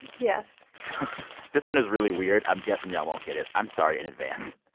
yes this one is really weird. i'm guessing y'all won't get it. i'm sorry in advance.